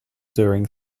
during